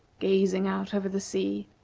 gazing out over the sea.